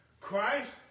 Christ